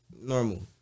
normal